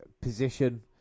position